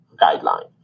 guideline